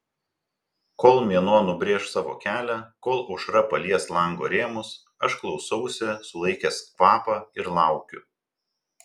kol mėnuo nubrėš savo kelią kol aušra palies lango rėmus aš klausausi sulaikęs kvapą ir laukiu